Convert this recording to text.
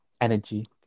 energy